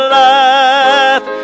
life